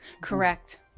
Correct